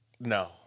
No